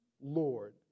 Lord